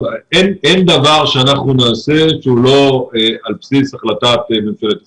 אין דבר שאנחנו נעשה שהוא לא על בסיס החלטת ממשלת ישראל.